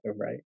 right